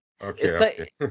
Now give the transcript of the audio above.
okay